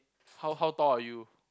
how how tall are you